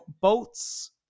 boats